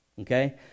Okay